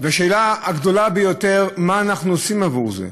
והשאלה הגדולה ביותר היא מה אנחנו עושים עבור זה,